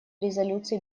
резолюций